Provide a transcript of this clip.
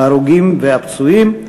ההרוגים והפצועים.